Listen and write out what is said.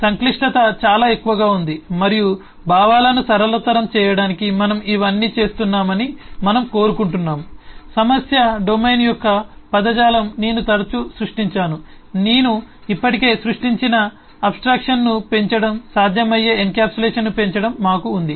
సంక్లిష్టత చాలా ఎక్కువగా ఉంది మరియు భావాలను సరళతరం చేయడానికి మనం ఇవన్నీ చేస్తున్నామని మనం కోరుకుంటున్నాము సమస్య డొమైన్ యొక్క పదజాలం నేను తరచూ సృష్టించాను నేను ఇప్పటికే సృష్టించిన అబ్ స్ట్రాక్షన్ను పెంచడం సాధ్యమయ్యే ఎన్కప్సులేషన్ను పెంచడం మాకు ఉంది